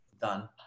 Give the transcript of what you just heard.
done